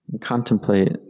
Contemplate